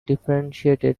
differentiated